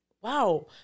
wow